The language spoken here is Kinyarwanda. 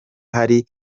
hari